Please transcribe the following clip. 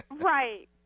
Right